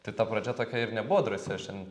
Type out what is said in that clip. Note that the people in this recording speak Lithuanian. tai ta pradžia tokia ir nebuvo drąsi aš ten